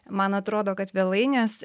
man atrodo kad vėlai nes